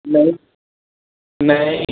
नहीं नहीं नहीं है